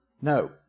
no